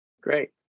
Great